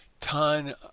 Ton